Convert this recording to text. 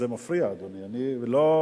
זה מפריע, אדוני, אני לא,